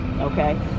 okay